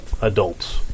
adults